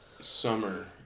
summer